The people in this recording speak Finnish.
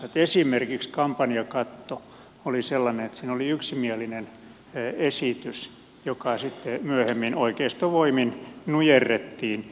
esimerkiksi kampanjakatto oli sellainen että siinä oli yksimielinen esitys joka sitten myöhemmin oikeiston voimin nujerrettiin